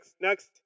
next